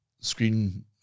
screen